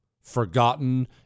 Forgotten